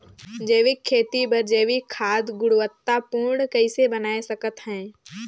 जैविक खेती बर जैविक खाद गुणवत्ता पूर्ण कइसे बनाय सकत हैं?